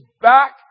back